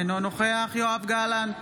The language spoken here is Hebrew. אינו נוכח יואב גלנט,